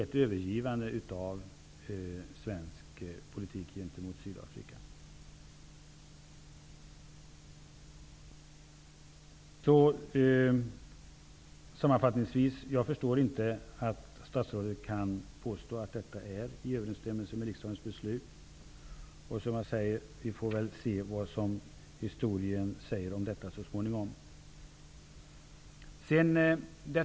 Jag förstår sammanfattningsvis inte att statsrådet kan påstå att detta är i överensstämmelse med riksdagens beslut. Vi får väl se vad historien säger om detta så småningom.